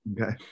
okay